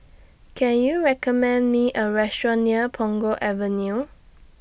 Can YOU recommend Me A Restaurant near Punggol Avenue